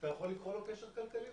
אתה יכול לקרוא לו קשר כלכלי,